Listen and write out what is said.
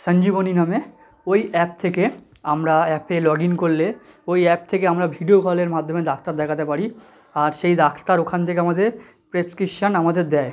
সঞ্জীবনী নামে ওই অ্যাপ থেকে আমরা অ্যাপে লগ ইন করলে ওই অ্যাপ থেকে আমরা ভিডিও কলের মাধ্যমে ডাক্তার দেখাতে পারি আর সেই ডাক্তার ওখান থেকে আমাদের প্রেসক্রিপশান আমাদের দেয়